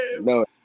No